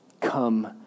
come